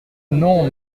non